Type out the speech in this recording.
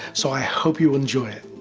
so i hope you'll enjoy it.